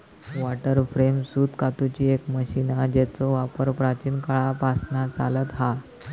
water frame सूत कातूची एक मशीन हा जेचो वापर प्राचीन काळापासना चालता हा